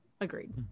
Agreed